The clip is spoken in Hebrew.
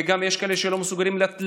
ויש כאלה שלא מסוגלים לתת,